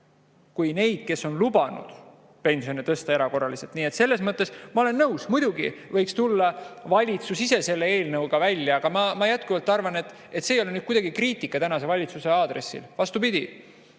kui neid, kes on lubanud pensioni tõsta erakorraliselt. Nii et selles mõttes ma olen nõus, muidugi võiks tulla valitsus ise selle eelnõuga välja. Aga ma jätkuvalt arvan – see ei ole kuidagi kriitika praeguse valitsuse aadressil, vastupidi